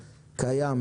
קיים,